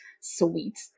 sweet